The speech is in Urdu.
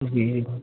جی